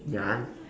ya